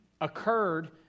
occurred